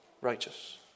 righteous